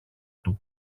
του